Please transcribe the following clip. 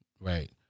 right